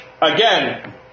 Again